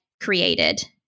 created